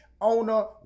Owner